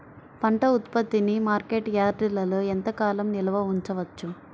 పంట ఉత్పత్తిని మార్కెట్ యార్డ్లలో ఎంతకాలం నిల్వ ఉంచవచ్చు?